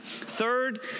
Third